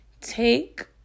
take